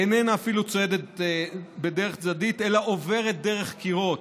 איננה אפילו צועדת בדרך צדדית אלא עוברת דרך קירות,